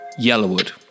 Yellowwood